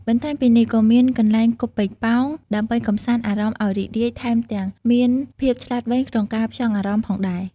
បន្ថែមពីនេះ ក៏មានកន្លែងគប់ប៉េងប៉ោង ដើម្បីកំសាន្តអារម្មណ៍អោយរីករាយ ថែមទាំងមានភាពឆ្លាតវ័យក្នុងការផ្ចង់អារម្មណ៍ផងដែរ។